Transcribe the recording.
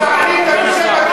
אתה ענית בשם,